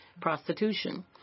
prostitution